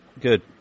Good